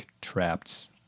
Trapped